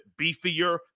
beefier